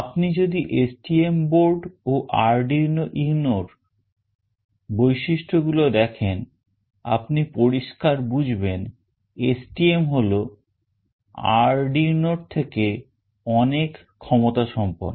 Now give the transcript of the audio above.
আপনি যদি STM board ও Arduino UNO এর বৈশিষ্ট্য গুলো দেখেন আপনি পরিষ্কার বুঝবেন STM হল Arduino এর থেকে অনেক ক্ষমতা সম্পন্ন